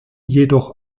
jedoch